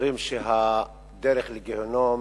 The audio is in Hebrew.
אומרים שהדרך לגיהינום